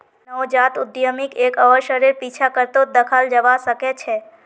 नवजात उद्यमीक एक अवसरेर पीछा करतोत दखाल जबा सके छै